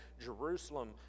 Jerusalem